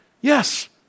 Yes